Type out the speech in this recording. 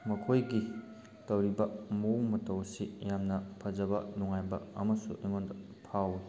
ꯃꯈꯣꯏꯒꯤ ꯇꯧꯔꯤꯕ ꯃꯑꯣꯡ ꯃꯇꯧ ꯑꯁꯤ ꯌꯥꯝꯅ ꯐꯖꯕ ꯅꯨꯡꯉꯥꯏꯕ ꯑꯃꯁꯨ ꯑꯩꯉꯣꯟꯗ ꯐꯥꯎꯋꯤ